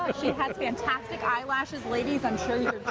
ah she has fantastic eyelashes. ladies, i'm sure you're